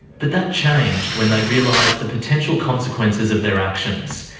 but that changed when they realised the potential consequences of their actions.